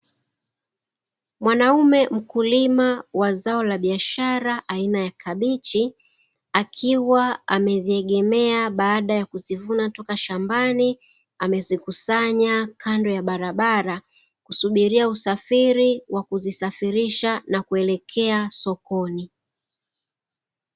Mwanaume mkulima wa zao la biashara aina ya kabichi akiwa ameziegemea, baada ya kuzivuna toka shambani amezikusanya kando ya barabara akisubiria usafiri na kuzisafirisha na kuelekea sokoni sokoni.